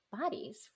bodies